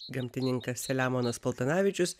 gamtininkas selemonas paltanavičius